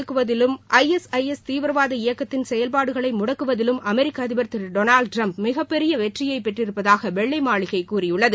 பயங்கரவாதத்தை ஒடுக்குவதிலும் ஐஎஸ்ஐஎஸ் தீவிரவாத இயக்கத்தின் செயல்பாடுகளை முடக்குவதிலும் அமெரிக்க அதிபர் திரு டொனால்ட் டிரம்ப் மிகப்பெரிய வெற்றியை பெற்றிருப்பதாக வெள்ளை மாளிகை கூறியுள்ளது